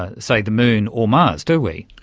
ah say, the moon or mars, do we.